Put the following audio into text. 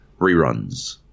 reruns